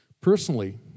Personally